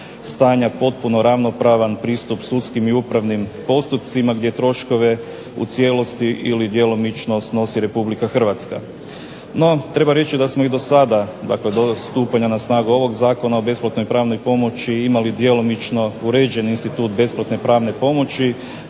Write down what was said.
stanja potpuno ravnopravan pristup sudskim i upravnim postupcima gdje troškove u cijelosti ili djelomično snosi Republika Hrvatska. NO, treba reći da smo i do sada do stupanja na snagu ovog zakona o besplatnoj pravnoj pomoći imali djelomično uređen institut besplatne pravne pomoći